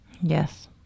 Yes